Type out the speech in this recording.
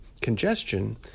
congestion